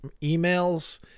Emails